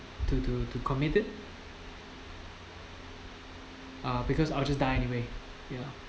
to do to commit it uh because I'll just die anyway yeah